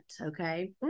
okay